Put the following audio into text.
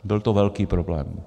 Byl to velký problém.